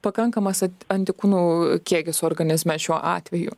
pakankamas antikūnų kiekis organizme šiuo atveju